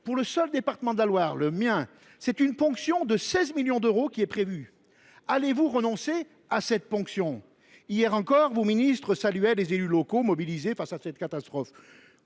Pour le seul département de la Loire, dont je suis élu, c’est une ponction de 16 millions d’euros qui est prévue. Allez vous y renoncer ? Hier encore, vos ministres saluaient les élus locaux mobilisés face à la catastrophe.